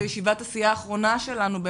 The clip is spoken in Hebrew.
בישיבת הסיעה האחרונה שלנו,